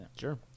Sure